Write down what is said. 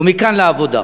ומכאן, לעבודה.